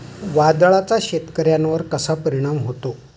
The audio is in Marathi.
वादळाचा शेतकऱ्यांवर कसा परिणाम होतो?